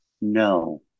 No